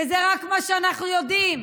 וזה רק מה שאנחנו יודעים.